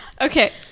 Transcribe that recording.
Okay